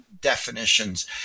Definitions